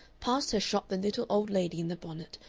past her shot the little old lady in the bonnet,